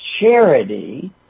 charity